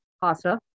Pasta